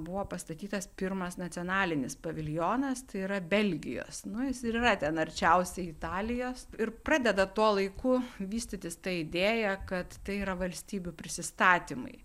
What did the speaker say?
buvo pastatytas pirmas nacionalinis paviljonas tai yra belgijos nu jis ir yra ten arčiausiai italijos ir pradeda tuo laiku vystytis ta idėja kad tai yra valstybių prisistatymai